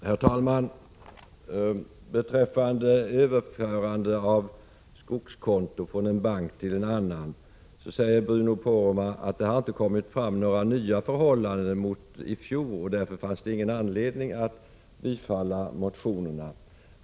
Herr talman! Beträffande överföring av skogskonto från en bank till en annan säger Bruno Poromaa att det inte har uppkommit några nya förhållanden sedan i fjol och att det därför inte finns någon anledning att bifalla motionerna.